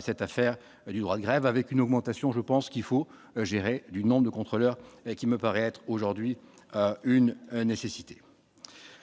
cette affaire du droit de grève, avec une augmentation, je pense qu'il faut gérer du nombre de contrôleurs qui me paraît être aujourd'hui une nécessité.